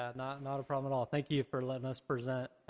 ah not not a problem at all, thank you for letting us present.